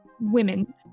women